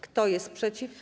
Kto jest przeciw?